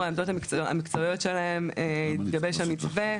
העמדות המקצועיות שלהם התגבש המתווה.